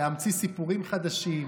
סיפורים חדשים?